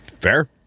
Fair